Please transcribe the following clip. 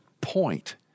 point